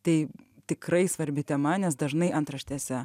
tai tikrai svarbi tema nes dažnai antraštėse